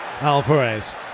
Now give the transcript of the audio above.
Alvarez